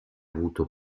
avuto